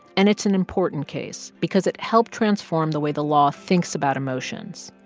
and it's an important case because it helped transform the way the law thinks about emotions.